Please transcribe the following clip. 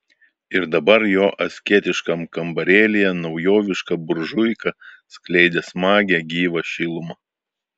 ir dabar jo asketiškam kambarėlyje naujoviška buržuika skleidė smagią gyvą šilumą